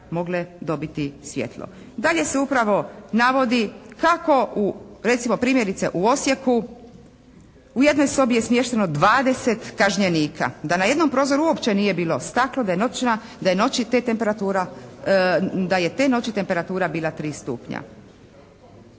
mogle dobiti svijetlo. Dalje se upravo navodi kako u, recimo primjerice u Osijeku u jednoj sobi je smješteno 20 kažnjenika. Da na jednom prozoru uopće nije bilo staklo, da je te noći temperatura bila 3 stupnja.